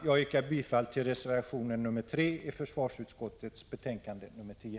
Jag yrkar bifall till reservation 3 i försvarsutskottets betänkande nr 10.